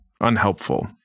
unhelpful